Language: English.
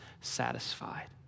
satisfied